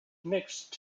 mixed